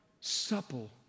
supple